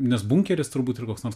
nes bunkeris turbūt ir koks nors